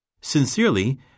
Sincerely